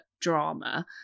drama